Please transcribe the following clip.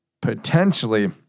potentially